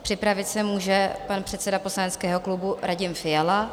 Připravit se může pan předseda poslaneckého klubu Radim Fiala.